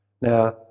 Now